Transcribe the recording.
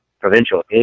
Provincial